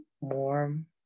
warm